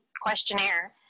questionnaire